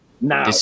Now